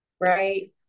Right